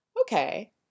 Okay